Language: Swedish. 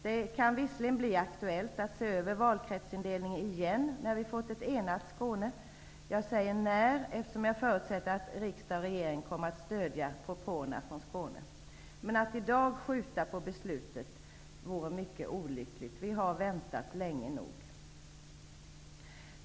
Det kan visserligen bli aktuellt att se över valkretsindelningen igen när vi fått ett enat Skåne. Jag säger när, eftersom jag förutsätter att riksdag och regering kommer att stödja propåerna från Skåne. Men att i dag skjuta på beslutet vore mycket olyckligt. Vi har väntat länge nog.